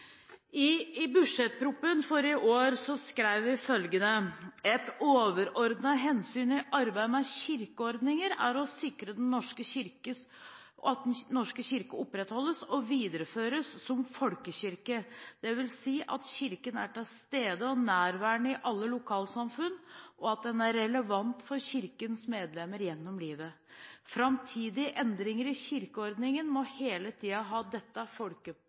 før. I budsjettproposisjonen for i år skrev vi følgende: «Et overordnet hensyn i arbeidet med kirkeordningen er å sikre at Den norske kirke opprettholdes og føres videre som folkekirke, dvs. at kirken er til stede og nærværende i alle lokalsamfunn og at den er relevant for kirkens medlemmer gjennom livet. Framtidige endringer i kirkeordningen må hele tiden ha dette